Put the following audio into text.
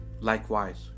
Likewise